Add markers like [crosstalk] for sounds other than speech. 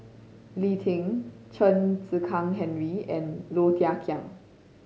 Lee Tjin Chen [unintelligible] Henri and Low Thia Khiang